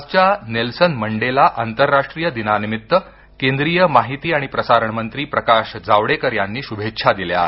आजच्या Nelson Mandela आंतरराष्ट्रीय दिनानिमित्त केंद्रीय माहिती आणि प्रसारण मंत्री प्रकाश जावडेकर यांनी शुभेच्छा दिल्या आहेत